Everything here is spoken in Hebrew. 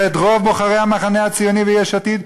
ואת רוב בוחרי המחנה הציוני ויש עתיד,